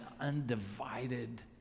undivided